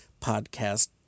podcast